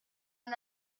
mon